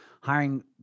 hiring